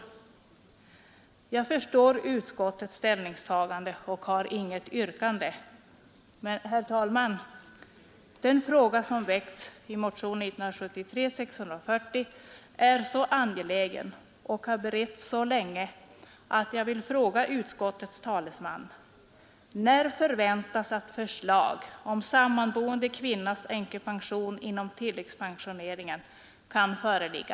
Jag förstår utskottets ställningstagande och har inget yrkande. Men, herr talman, den fråga som tagits upp i motionen 640 är så angelägen och har beretts så länge att jag vill fråga utskottets talesman: När förväntas att förslag om sammanboendes änkepension inom tilläggspensioneringen kan föreligga?